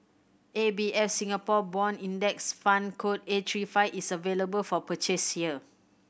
A B F Singapore Bond Index Fund code A three five is available for purchase here